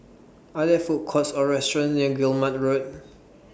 Are There Food Courts Or restaurants near Guillemard Road